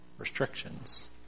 Restrictions